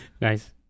Nice